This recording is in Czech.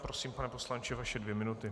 Prosím, pane poslanče, vaše dvě minuty.